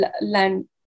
land